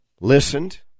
listened